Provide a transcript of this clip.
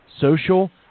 social